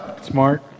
Smart